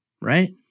right